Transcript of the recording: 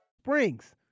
Springs